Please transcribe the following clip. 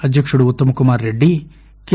అధ్యకుడు ఉత్తమ్కుమార్రెడ్డి కె